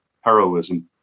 heroism